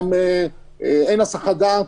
וגם אין הסחת דעת.